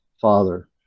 father